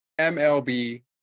MLB